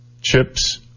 chips